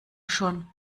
schon